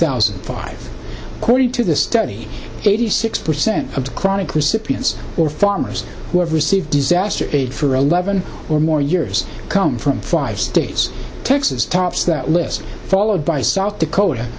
thousand and five pointed to the study eighty six percent of the chronic recipients or farmers who have received disaster aid for eleven or more years come from five states texas tops that list followed by south dakota